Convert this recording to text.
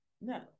No